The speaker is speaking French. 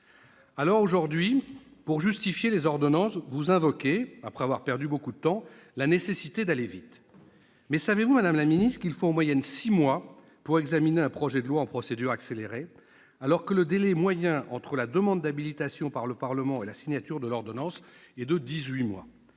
? Aujourd'hui, pour justifier les ordonnances, vous invoquez, après avoir perdu beaucoup de temps, la nécessité d'aller vite. Mais savez-vous, madame la ministre, qu'il faut en moyenne six mois pour examiner un projet de loi en procédure accélérée, alors que le délai moyen entre la demande d'habilitation par le Parlement et la signature de l'ordonnance est de dix-huit mois ?